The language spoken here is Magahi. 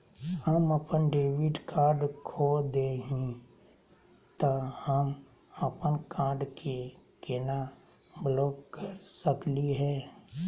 हम अपन डेबिट कार्ड खो दे ही, त हम अप्पन कार्ड के केना ब्लॉक कर सकली हे?